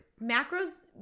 Macros